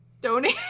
Donate